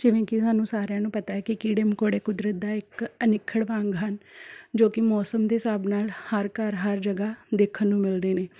ਜਿਵੇਂ ਕਿ ਸਾਨੂੰ ਸਾਰਿਆਂ ਨੂੰ ਪਤਾ ਏ ਕਿ ਕੀੜੇ ਮਕੌੜੇ ਕੁਦਰਤ ਦਾ ਇੱਕ ਅਨਿੱਖੜਵਾਂ ਅੰਗ ਹਨ ਜੋ ਕਿ ਮੌਸਮ ਦੇ ਹਿਸਾਬ ਨਾਲ਼ ਹਰ ਘਰ ਹਰ ਜਗ੍ਹਾ ਦੇਖਣ ਨੂੰ ਮਿਲਦੇ ਨੇ